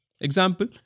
Example